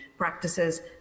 practices